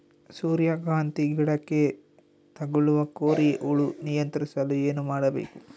ಸೂರ್ಯಕಾಂತಿ ಗಿಡಕ್ಕೆ ತಗುಲುವ ಕೋರಿ ಹುಳು ನಿಯಂತ್ರಿಸಲು ಏನು ಮಾಡಬೇಕು?